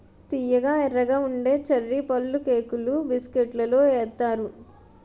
తియ్యగా ఎర్రగా ఉండే చర్రీ పళ్ళుకేకులు బిస్కట్లలో ఏత్తారు